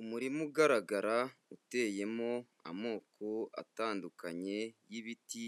Umurima ugaragara uteyemo amoko atandukanye y'ibiti,